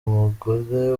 umugore